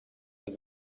does